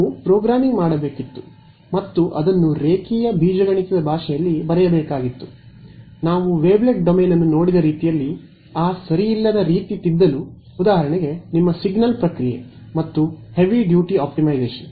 ನಾವು ಪ್ರೋಗ್ರಾಮಿಂಗ್ ಮಾಡಬೇಕಾಗಿತ್ತು ಮತ್ತು ಅದನ್ನು ರೇಖೀಯ ಬೀಜಗಣಿತದ ಭಾಷೆಯಲ್ಲಿ ಬರೆಯಬೇಕಾಗಿತ್ತು ನಾವು ವೇವ್ಲೆಟ್ ಡೊಮೇನ್ ಅನ್ನು ನೋಡಿದ ರೀತಿಯಲ್ಲಿ ಆ ಸರಿಯಲ್ಲದ ರೀತಿ ತಿದ್ದಲು ಉದಾಹರಣೆಗೆ ನಿಮ್ಮ ಸಿಗ್ನಲ್ ಪ್ರಕ್ರಿಯೆ ಮತ್ತು ಹೆವಿ ಡ್ಯೂಟಿ ಆಪ್ಟಿಮೈಸೇಶನ್